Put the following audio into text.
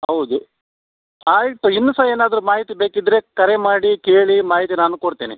ಹೌದು ಆಯಿತು ಇನ್ನೂ ಸಹ ಏನಾದ್ರೂ ಮಾಹಿತಿ ಬೇಕಿದ್ದರೆ ಕರೆ ಮಾಡಿ ಕೇಳಿ ಮಾಹಿತಿ ನಾನು ಕೊಡ್ತೇನೆ